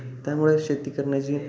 त्यामुळे शेती करण्याची